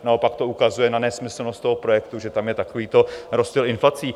Naopak to ukazuje na nesmyslnost toho projektu, že tam je takovýto rozptyl inflací.